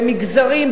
במגזרים,